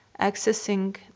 accessing